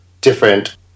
different